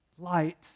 light